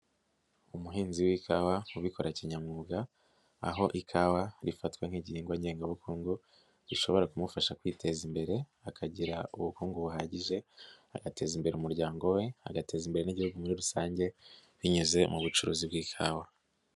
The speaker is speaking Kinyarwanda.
Umuhinzi w'ikawa ubikora kinyamwuga, aho ikawa rifatwa nk'inkingwa ngengabukungu gishobora kumufasha kwiteza imbere akagira ubukungu buhagije, agateza imbere umuryango we, agateza imbere n'Igihugu muri rusange, binyuze mu bucuruzi bw'ikawa.